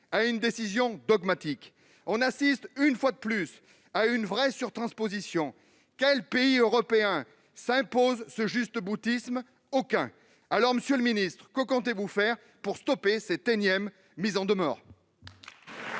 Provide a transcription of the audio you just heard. à une décision dogmatique. On assiste, une fois de plus, à une vraie surtransposition. Quel pays européen s'impose ce jusqu'au-boutisme ? Aucun ! Alors monsieur le ministre, que comptez-vous faire pour stopper cette énième mise en demeure ?